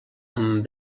amb